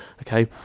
okay